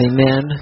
Amen